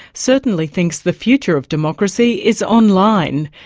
certainly thinks the future of democracy is online.